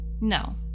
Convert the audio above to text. No